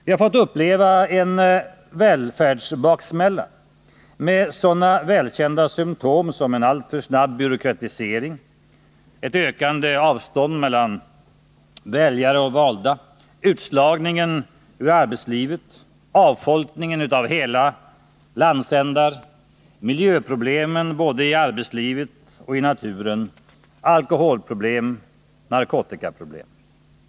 Vi har fått uppleva en välfärdsbaksmälla med sådana välkända symtom som en alltför snabb byråkratisering, ett ökande avstånd mellan väljare och valda, utslagningen ur arbetslivet, avfolkningen av hela landsändar, miljöproblemen, både i arbetslivet och i naturen, alkoholproblem, narkotikaproblem.